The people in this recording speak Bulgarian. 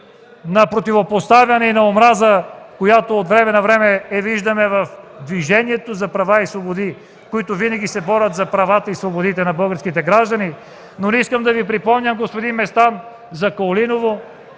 на противопоставяне и омраза, която от време на време я виждаме в Движението за права и свободи, които винаги се борят за правата и свободите на българските граждани. Не искам да Ви припомням, господин Местан, за Каолиново,